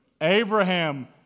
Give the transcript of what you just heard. Abraham